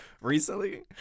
recently